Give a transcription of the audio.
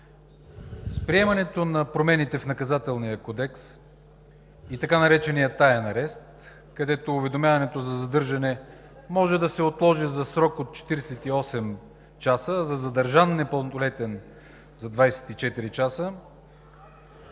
Приемането на промените в Наказателния кодекс и така нареченият „таен арест“, където уведомяването за задържане може да се отложи за срок от 48 часа, а за задържан непълнолетен – за 24 часа,